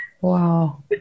Wow